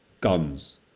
guns